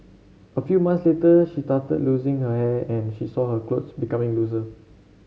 a few months later she started losing her hair and she saw her clothes becoming looser